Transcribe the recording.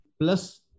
plus